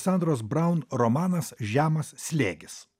sandros brown romanas žemas slėgis